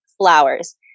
flowers